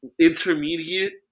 intermediate